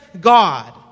God